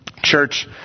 Church